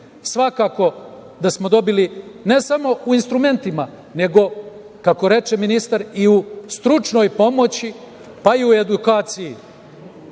Svakako da smo dobili ne samo u instrumentima, nego, kako reče ministar, i u stručnoj pomoći, pa i u edukaciji. Mi